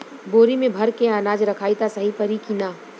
बोरी में भर के अनाज रखायी त सही परी की ना?